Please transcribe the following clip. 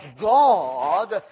God